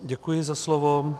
Děkuji za slovo.